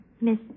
Miss